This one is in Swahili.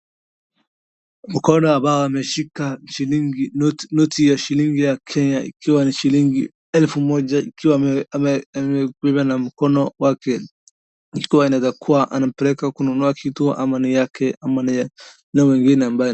Mkono ambayo imeshika noti ya shillingi ya kenya ambayo ni shillingi elfu moja akiwa amebeba na mkono wake akiwa anaeza peleka kununua kitu ama ni yake ama ni ya mwingine.